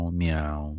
meow